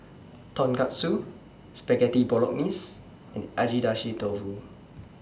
Tonkatsu Spaghetti Bolognese and Agedashi Dofu